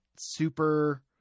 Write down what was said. Super